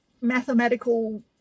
mathematical